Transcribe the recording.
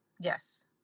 yes